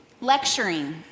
lecturing